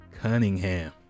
Cunningham